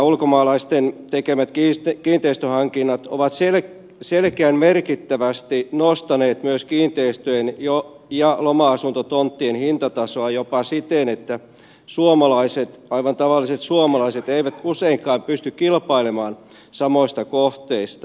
ulkomaalaisten tekemät kiinteistöhankinnat ovat selkeän merkittävästi nostaneet myös kiinteistöjen ja loma asuntotonttien hintatasoa jopa siten että aivan tavalliset suomalaiset eivät useinkaan pysty kilpailemaan samoista kohteista